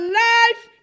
life